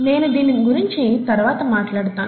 నేను దీని గురించి తర్వాత మాట్లాడతాను